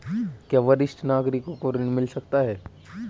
क्या वरिष्ठ नागरिकों को ऋण मिल सकता है?